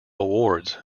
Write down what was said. awards